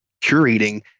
curating